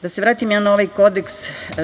Da se vratim ja na ovaj Kodeks.